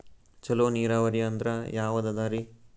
ಚಲೋ ನೀರಾವರಿ ಅಂದ್ರ ಯಾವದದರಿ?